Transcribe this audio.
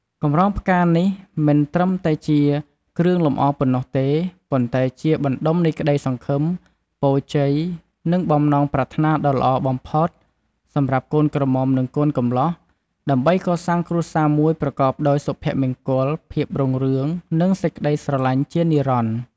កម្រងផ្កានេះមិនត្រឹមតែជាគ្រឿងលម្អប៉ុណ្ណោះទេ ប៉ុន្តែជា បណ្តុំនៃក្តីសង្ឃឹម ពរជ័យ និងបំណងប្រាថ្នាដ៏ល្អបំផុត សម្រាប់កូនក្រមុំ និងកូនកំលោះ ដើម្បីកសាងគ្រួសារមួយប្រកបដោយសុភមង្គល ភាពរុងរឿង និងសេចក្តីស្រឡាញ់ជានិរន្តរ៍។